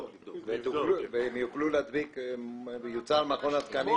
הם יוכלו להדביק תווית "מכון התקנים"?